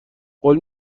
قول